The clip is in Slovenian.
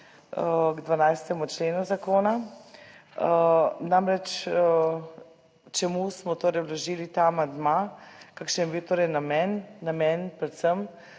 k 12. členu zakona, namreč, čemu smo torej vložili ta amandma? Kakšen je bil torej namen? Namen predvsem